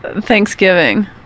Thanksgiving